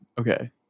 okay